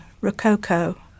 Rococo